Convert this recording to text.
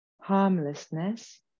harmlessness